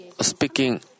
speaking